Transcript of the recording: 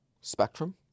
spectrum